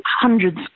hundreds